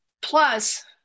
Plus